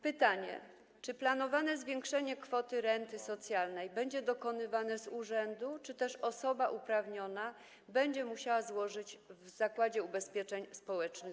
Pytanie: Czy planowane zwiększenie kwoty renty socjalnej będzie dokonywane z urzędu, czy też osoba uprawniona będzie musiała złożyć wniosek w Zakładzie Ubezpieczeń Społecznych?